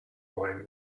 wine